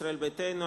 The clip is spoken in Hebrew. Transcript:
ישראל ביתנו,